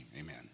amen